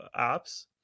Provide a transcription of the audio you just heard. apps